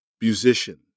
musician